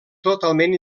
totalment